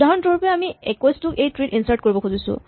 উদাহৰণস্বৰূপে আমি ২১ ক এইটো ট্ৰী ত ইনচাৰ্ট কৰিব খুজিছোঁ